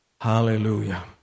Hallelujah